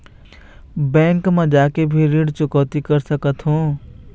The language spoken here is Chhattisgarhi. बैंक मा जाके भी ऋण चुकौती कर सकथों?